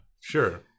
sure